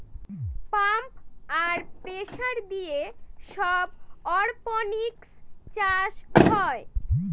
pump আর pressure দিয়ে সব অরপনিক্স চাষ হয়